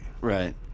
Right